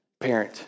parent